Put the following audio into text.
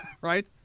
Right